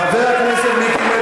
חבר הכנסת מיקי לוי,